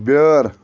بیٲر